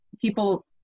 people